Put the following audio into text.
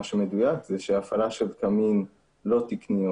מה שמדויק זה שהפעלה של קמין לא תקני או